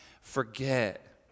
forget